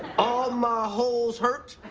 alma holzhert.